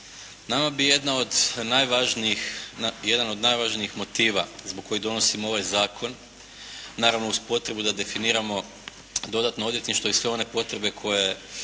Nama bi jedan od najvažnijih motiva zbog kojeg donosimo ovaj zakon naravno uz potrebu da definiramo dodatno odvjetništvo i sve one potrebe koje